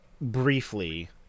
briefly